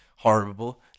Horrible